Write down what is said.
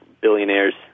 billionaires